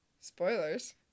spoilers